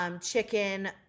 chicken